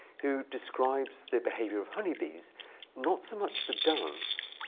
who describes the behavior of honeybees not so much the dance,